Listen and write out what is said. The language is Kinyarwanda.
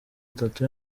atatu